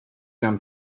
tam